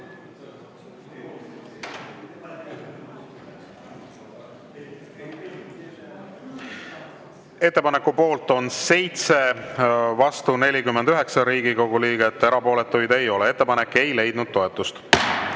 Ettepaneku poolt on 18, vastu 50 Riigikogu liiget, erapooletuid ei ole. Ettepanek ei leidnud toetust.